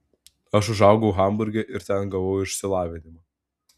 aš užaugau hamburge ir ten gavau išsilavinimą